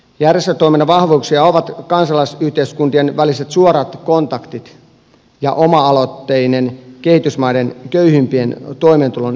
järjestötoiminnan vahvuuksia ovat kansalaisyhteiskuntien väliset suorat kontaktit ja oma aloitteinen kehitysmaiden köyhimpien toimeentulon edistäminen